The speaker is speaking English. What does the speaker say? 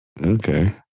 Okay